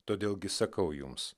todėl gi sakau jums